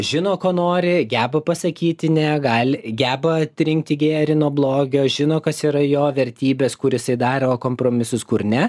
žino ko nori geba pasakyti negali geba atrinkti gėrį nuo blogio žino kas yra jo vertybės kur jisai daro kompromisus kur ne